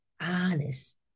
honest